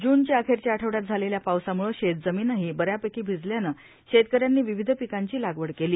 जूनच्या अखेरच्या आठवड्यात झालेल्या पावसामुळे शेतजमीनही बऱ्यापैकी भिजल्याने शेतकऱ्यांनी विविध पिकांची लागव केली